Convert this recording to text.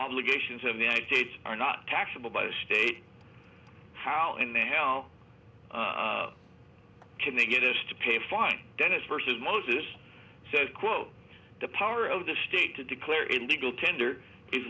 obligations and united states are not taxable by the state how in the hell can they get us to pay a fine dennis versus moses says quote the power of the state to declare in the goaltender is